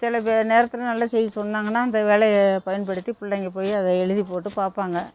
சில பெ நேரத்ததில் நல்ல செய்தி சொன்னாங்கன்னா அந்த வேலையை பயன்படுத்தி பிள்ளைங்க போய் அதை எழுதி போட்டு பார்ப்பாங்க